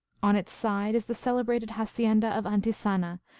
on its side is the celebrated hacienda of antisana,